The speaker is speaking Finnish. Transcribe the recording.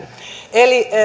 eli